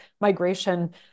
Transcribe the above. migration